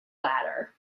latter